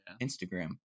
Instagram